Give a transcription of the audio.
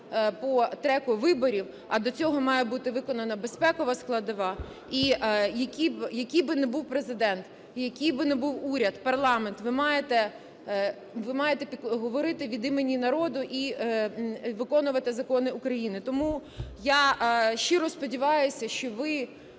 по треку виборів, а до цього має бути виконана безпекова складова. І який би не був Президент, і який би не був уряд, парламент, ви маєте, ви маєте говорити від імені народу і виконувати закони України. Тому я щиро сподіваюся, що ви,